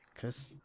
cause